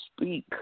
speak